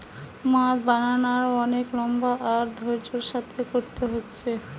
মদ বানানার অনেক লম্বা আর ধৈর্য্যের সাথে কোরতে হচ্ছে